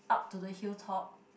up to the hill top